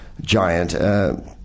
giant